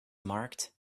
marked